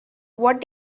what